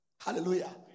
Hallelujah